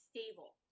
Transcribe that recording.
stable